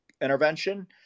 intervention